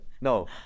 no